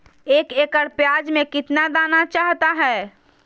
एक एकड़ प्याज में कितना दाना चाहता है?